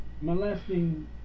molesting